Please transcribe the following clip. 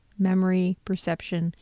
memory, perception,